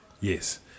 Yes